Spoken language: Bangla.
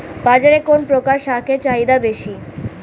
বাজারে কোন প্রকার শাকের চাহিদা বেশী?